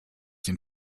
den